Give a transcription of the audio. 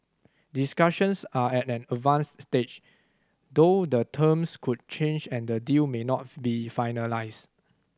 discussions are at an advanced stage though the terms could change and the deal may not be finalised